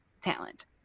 talent